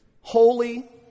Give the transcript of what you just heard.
Holy